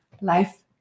life